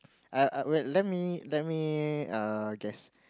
I I wait let me let me err guess